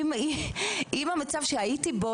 עם המצב שהייתי בו,